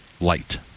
light